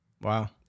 Wow